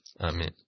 Amen